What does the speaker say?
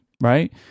right